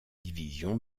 division